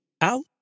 out